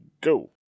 go